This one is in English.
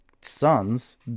sons